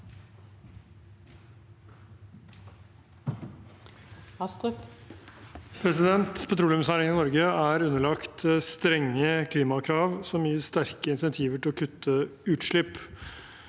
Petroleumsnærin- gen i Norge er underlagt strenge klimakrav, som gir sterke insentiver til å kutte utslipp.